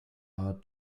are